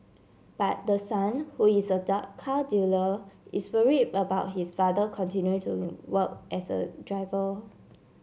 but the son who is a dark car dealer is worried about his father continuing to work as a driver